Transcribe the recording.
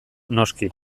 noski